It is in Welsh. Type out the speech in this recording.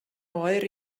oer